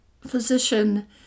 physician